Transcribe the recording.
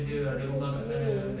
businesses jer